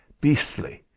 Beastly